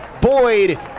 boyd